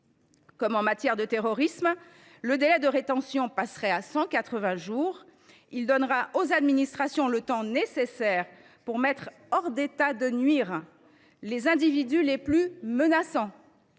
Comme en matière de terrorisme, le délai de rétention passerait à 180 jours. Il donnerait aux administrations le temps nécessaire pour mettre hors d’état de nuire les individus les plus menaçants.